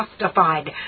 justified